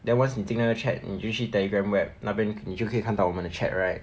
then once 你进那个 chat 你就去 Telegram web 那边你就可以看到我们的 chat right